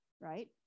right